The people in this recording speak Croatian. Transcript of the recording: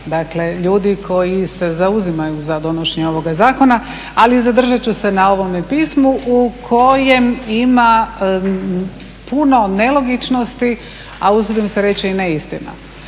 dakle ljudi koji se zauzimaju za donošenje ovoga zakona, ali zadržat ću se na ovome pismu u kojem ima puno nelogičnosti, a usudim se reći i neistina.